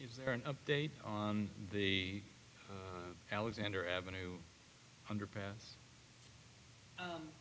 is there an update on the alexander avenue underpass